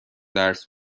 درس